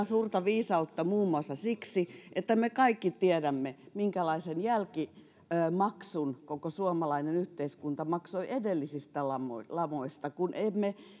suurta viisautta muun muassa siksi että me kaikki tiedämme minkälaisen jälkimaksun koko suomalainen yhteiskunta maksoi edellisistä lamoista lamoista kun emme